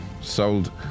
sold